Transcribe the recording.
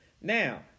Now